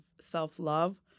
self-love